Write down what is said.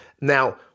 Now